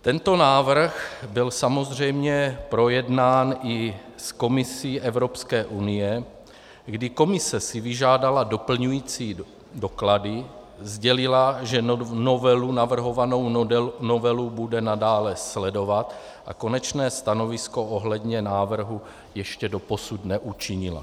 Tento návrh byl samozřejmě projednán i s Komisí Evropské unie, kdy Komise si vyžádala doplňující doklady, sdělila, že navrhovanou novelu bude nadále sledovat, a konečné stanovisko ohledně návrhu ještě doposud neučinila.